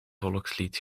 volkslied